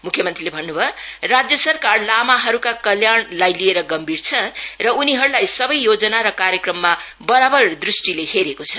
मुख्य मन्त्रीले भन्न भयो राज्य सरकार लामाहरूका कल्याणलाई लिएर गम्भीर छ र उनीहरूलाई सबै योजना र कार्यक्रममा बराबर दृष्टिले हेरेको छ